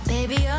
Baby